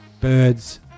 birds